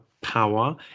power